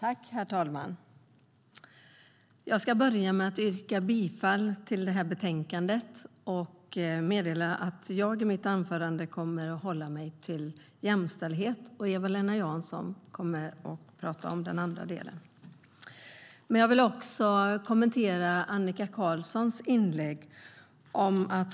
Herr talman! Jag börjar med att yrka bifall till förslaget i betänkandet och meddela att jag i mitt anförande kommer att hålla mig till jämställdhet. Eva-Lena Jansson kommer att tala om den andra delen. Jag vill också kommentera Annika Qarlssons inlägg.